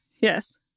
yes